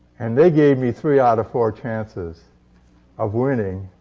and they gave me three out of four chances of winning,